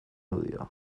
audioa